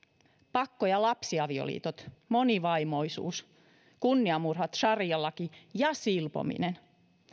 pakko ja lapsiavioliitot monivaimoisuus kunniamurhat sarialaki ja silpominen